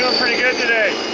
pretty good today.